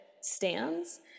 stands